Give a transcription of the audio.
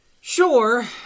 sure